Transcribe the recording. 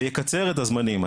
ויקצר את הזמנים.